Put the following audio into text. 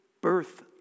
birth